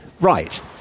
right